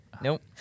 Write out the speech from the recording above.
Nope